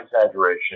exaggeration